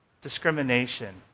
discrimination